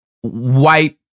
white